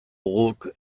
guk